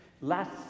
Last